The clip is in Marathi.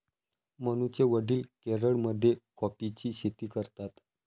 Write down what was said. मनूचे वडील केरळमध्ये कॉफीची शेती करतात